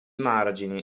margini